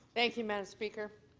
thank you, madam speaker.